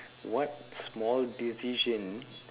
what small decision